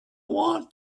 want